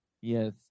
Yes